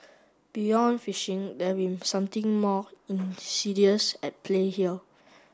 beyond phishing there been something more insidious at play here